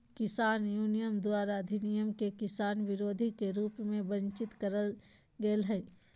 किसान यूनियन द्वारा अधिनियम के किसान विरोधी के रूप में वर्णित करल गेल हई